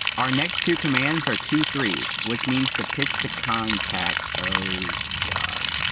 our next two commands are two-threes which means to pitch to contact, oh god!